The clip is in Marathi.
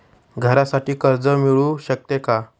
घरासाठी कर्ज मिळू शकते का?